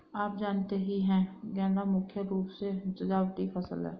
आप जानते ही है गेंदा मुख्य रूप से सजावटी फसल है